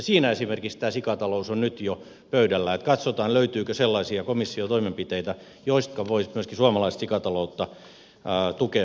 siinä esimerkiksi tämä sikatalous on nyt jo pöydällä että katsotaan löytyykö sellaisia komissiotoimenpiteitä jotka voisivat myös suomalaista sikataloutta tukea